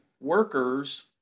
workers